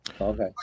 Okay